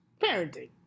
parenting